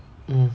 mm